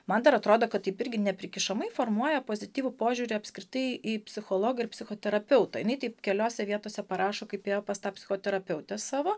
man dar atrodo kad taip irgi neprikišamai formuoja pozityvų požiūrį apskritai į psichologą ir psichoterapeutą jinai taip keliose vietose parašo kaip ją pas tą psichoterapeutę savo